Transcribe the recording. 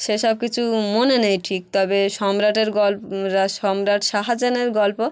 সেসব কিছু মনে নেই ঠিক তবে সম্রাটের গল রা সম্রাট শাহাজানের গল্প